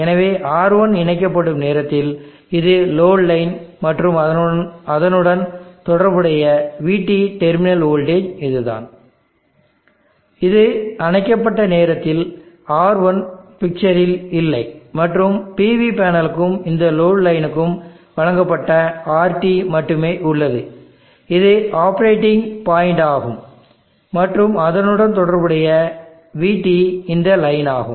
எனவே R1 இணைக்கப்படும் நேரத்தில் இது லோடு லைன் மற்றும் அதனுடன் தொடர்புடைய vT டெர்மினல் வோல்டேஜ் இதுதான் இது அணைக்கப்பட்ட நேரத்தில் R1 பிக்சரில் இல்லை மற்றும் PV பேனலுக்கும் இந்த லோடு லைனுக்கும் வழங்கப்பட்ட RT மட்டுமே உள்ளது இது ஆப்பரேட்டிங் பாயின்ட் ஆகும் மற்றும் அதனுடன் தொடர்புடைய vT இந்த லைன் ஆகும்